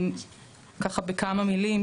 ככה בכמה מילים,